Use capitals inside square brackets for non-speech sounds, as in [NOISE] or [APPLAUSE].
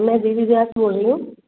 मैं देवी [UNINTELLIGIBLE] से बोल रही हूँ